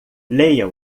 leia